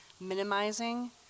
minimizing